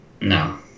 No